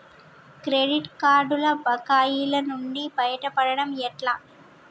Credit కార్డుల బకాయిల నుండి బయటపడటం ఎట్లా?